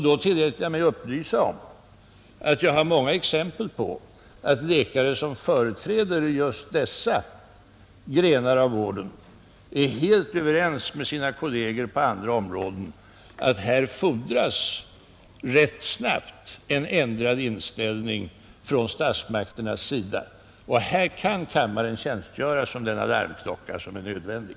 Då tillät jag mig att upplysa om att jag har många exempel på att läkare som företräder just dessa grenar av vården är helt överens med sina kolleger på andra områden om att här fordras det rätt snabbt en ändrad inställning från statsmakternas sida, och kammaren kan här tjänstgöra som den alarmklocka som är nödvändig.